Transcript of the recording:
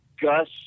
Gus